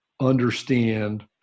understand